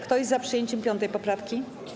Kto jest za przyjęciem 5. poprawki?